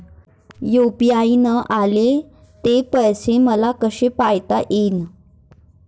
UPI न आले ते पैसे मले कसे पायता येईन?